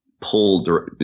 pull